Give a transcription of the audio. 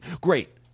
Great